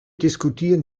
diskutieren